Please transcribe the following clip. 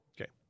Okay